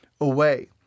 away